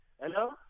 Hello